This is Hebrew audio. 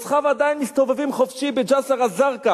רוצחיו עדיין מסתובבים חופשי בג'סר-א-זרקא,